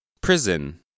Prison